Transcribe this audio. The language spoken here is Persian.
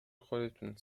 خودتون